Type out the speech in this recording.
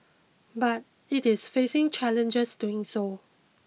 but it is facing challenges doing so